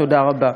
תודה רבה.